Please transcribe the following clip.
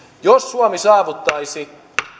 jos suomi saavuttaisi